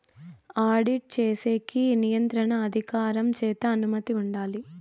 audit చేసేకి నియంత్రణ అధికారం చేత అనుమతి ఉండాలి